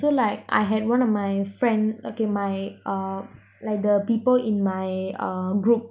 so like I had one of my friend okay my uh like the people in my uh group